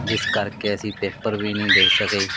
ਜਿਸ ਕਰਕੇ ਅਸੀਂ ਪੇਪਰ ਵੀ ਨਹੀਂ ਦੇ ਸਕੇ